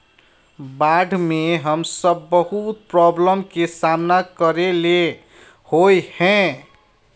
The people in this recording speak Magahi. बाढ में हम सब बहुत प्रॉब्लम के सामना करे ले होय है?